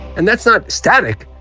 and that's not static.